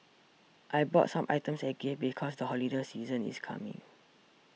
I bought some items as gifts because the holiday season is coming